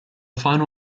final